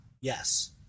Yes